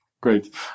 Great